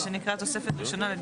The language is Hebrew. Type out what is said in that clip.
שנקרא תוספת ראשונה.